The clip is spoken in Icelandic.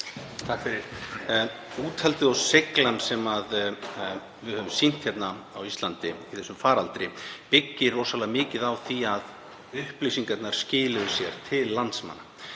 Forseti. Úthaldið og seiglan sem við höfum sýnt á Íslandi í þessum faraldri byggir rosalega mikið á því að upplýsingarnar skiluðu sér til landsmanna.